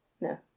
No